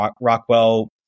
Rockwell